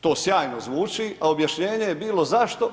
To sjajno zvuči, a objašnjenje je bilo zašto?